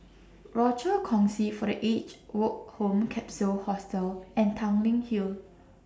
Rochor Kongsi For The Aged Woke Home Capsule Hostel and Tanglin Hill